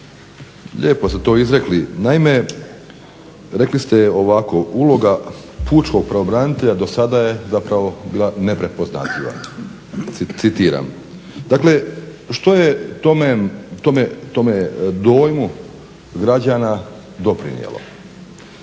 Lijepo ste to izrekli. Naime, rekli ste ovako uloga pučkog pravobranitelja do sada je zapravo bila neprepoznatljiva, citiram. Dakle, što je tome dojmu građana doprinijelo?